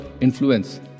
influence